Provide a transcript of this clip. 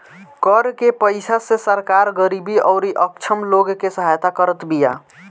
कर के पईसा से सरकार गरीबी अउरी अक्षम लोग के सहायता करत बिया